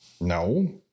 No